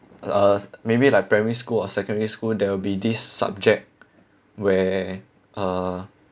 uh s~ maybe like primary school or secondary school there will be this subject where uh